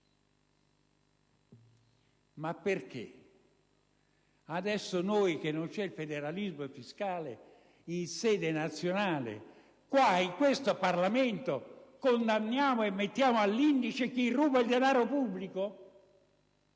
Ma perché, adesso che non c'è il federalismo fiscale in sede nazionale, in Parlamento, forse condanniamo e mettiamo all'indice chi ruba il denaro pubblico?